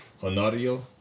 Honorio